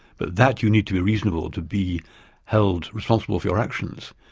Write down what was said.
but that you need to be reasonable to be held responsible for your actions,